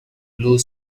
blue